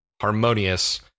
harmonious